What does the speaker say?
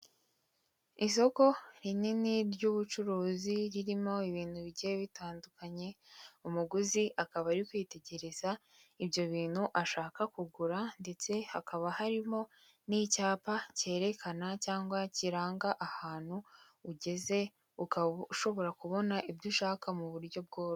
Isoko rinini ry'ubucuruzi ririmo ibintu bigiye bitandukanye, umuguzi akaba ari kwitegereza ibyo bintu ashaka kugura ndetse hakaba harimo n'icyapa cyerekana cyangwa kiranga ahantu ugeze, ukaba ushobora kubona ibyo ushaka mu buryo bwororoshye.